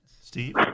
Steve